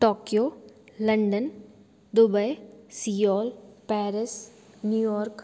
Tokyo London Dubai Seoul Paris New York